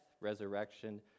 resurrection